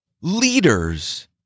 Leaders